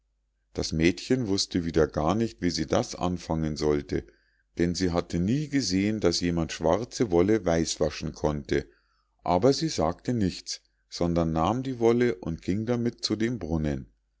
das mädchen wußte wieder gar nicht wie sie das anfangen sollte denn sie hatte nie gesehen daß jemand schwarze wolle weiß waschen konnte aber sie sagte nichts sondern nahm die wolle und ging damit zu dem brunnen